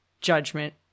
judgment